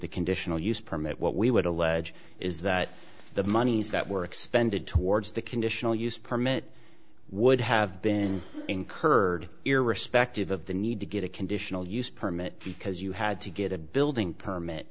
the conditional use permit what we would allege is that the monies that were expended towards the conditional use permit would have been incurred irrespective of the need to get a conditional use permit because you had to get a building permit